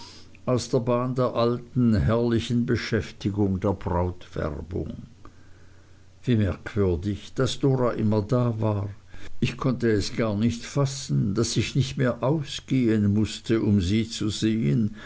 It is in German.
aus der bahn der alten herrlichen beschäftigung der brautwerbung wie merkwürdig daß dora immer da war ich konnte es gar nicht fassen daß ich nicht mehr ausgehen mußte um sie zu sehen